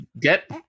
get